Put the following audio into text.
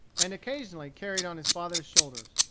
and occasionally carried on his father's shoulders.